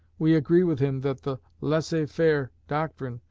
we agree with him that the laisser faire doctrine,